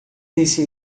disse